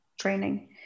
training